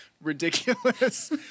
ridiculous